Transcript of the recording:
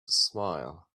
smile